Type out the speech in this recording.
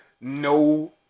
no